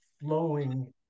flowing